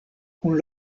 kun